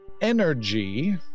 energy